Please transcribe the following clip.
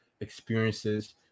experiences